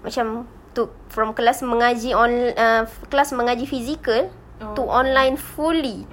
macam to from kelas mengaji on~ err class mengaji physical to online fully